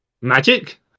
magic